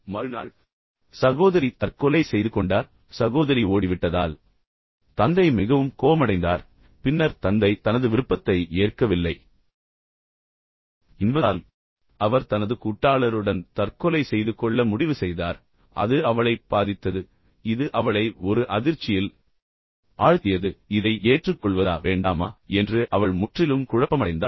மறுநாள் சகோதரி தற்கொலை செய்து கொண்டார் சகோதரி ஓடிவிட்டதால் தந்தை மிகவும் கோபமடைந்தார் பின்னர் தந்தை தனது விருப்பத்தை ஏற்கவில்லை என்பதால் எனவே அவர் தனது கூட்டாளருடன் தற்கொலை செய்து கொள்ள முடிவு செய்தார் அது அவளைப் பாதித்தது இது அவளை ஒரு அதிர்ச்சியில் ஆழ்த்தியது இதை ஏற்றுக்கொள்வதா வேண்டாமா என்று அவள் முற்றிலும் குழப்பமடைந்தாள்